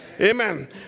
Amen